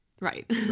right